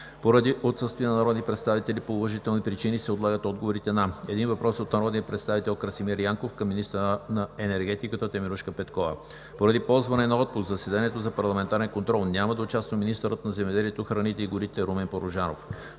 Поради отсъствие на народни представители по уважителни причини се отлагат отговорите на: - един въпрос от народния представител Красимир Янков към министъра на енергетиката Теменужка Петкова. Поради ползване на отпуск в заседанието за парламентарен контрол няма да участва министърът на земеделието, храните и горите Румен Порожанов.